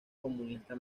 comunista